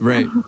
Right